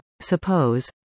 suppose